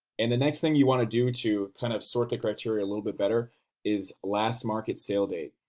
and the next thing you want to do to kind of sort the criteria a little bit better is last market sale date.